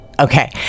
Okay